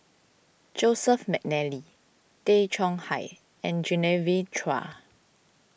Joseph McNally Tay Chong Hai and Genevieve Chua